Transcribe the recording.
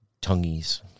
Tongues